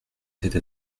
tête